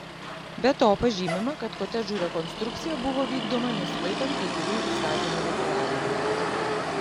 be to pažymima kad kotedžų rekonstrukcija buvo vykdoma nesilaikant kai kurių įstatymų reikalavimų